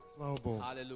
Hallelujah